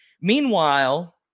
Meanwhile